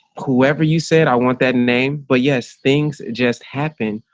whoever you said, i want that name. but yes, things just happen.